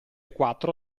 quattro